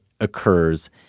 occurs